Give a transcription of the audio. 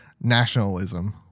nationalism